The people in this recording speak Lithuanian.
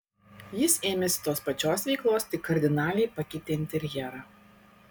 jis ėmėsi tos pačios veiklos tik kardinaliai pakeitė interjerą